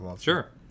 Sure